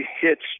hits